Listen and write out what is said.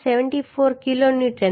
74 kilonewton